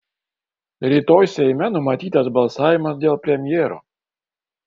rytoj seime numatytas balsavimas dėl premjero